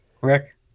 Rick